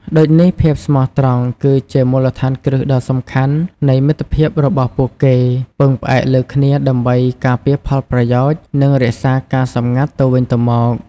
ដូចនេះភាពស្មោះត្រង់គឺជាមូលដ្ឋានគ្រឹះដ៏សំខាន់នៃមិត្តភាពរបស់ពួកគេពឹងផ្អែកលើគ្នាដើម្បីការពារផលប្រយោជន៍ និងរក្សាការសម្ងាត់ទៅវិញទៅមក ។